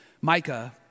Micah